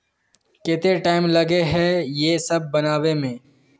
केते टाइम लगे है ये सब बनावे में?